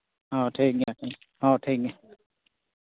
ᱦᱮᱸ ᱴᱷᱤᱠ ᱜᱮᱭᱟ ᱦᱮᱸ ᱴᱷᱤᱠ ᱜᱮᱭᱟ